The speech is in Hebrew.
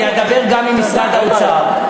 אני אדבר גם עם משרד האוצר.